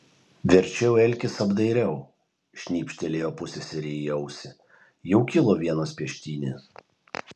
verčiau elkis apdairiau šnypštelėjo pusseserei į ausį jau kilo vienos peštynės